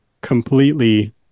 completely